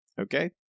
okay